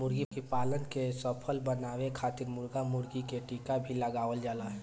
मुर्गीपालन के सफल बनावे खातिर मुर्गा मुर्गी के टीका भी लगावल जाला